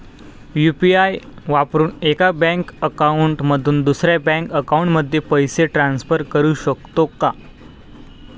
UPI वापरून एका bank account मधून दुसऱ्या बँक अकाउंटमध्ये पैसे ट्रान्सफर करू शकतो का?